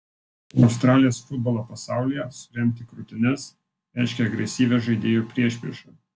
australijos futbolo pasaulyje suremti krūtines reiškia agresyvią žaidėjų priešpriešą